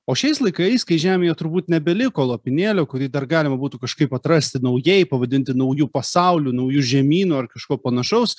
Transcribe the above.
o šiais laikais kai žemėje turbūt nebeliko lopinėlio kurį dar galima būtų kažkaip atrasti naujai pavadinti nauju pasauliu nauju žemynu ar kažkuo panašaus